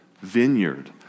vineyard